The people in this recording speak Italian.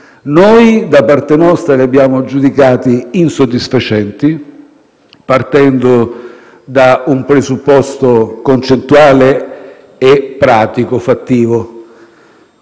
Da parte nostra, noi li abbiamo giudicati insoddisfacenti, partendo da un presupposto concettuale e pratico fattivo: